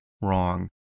wrong